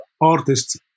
artists